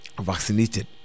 vaccinated